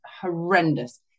horrendous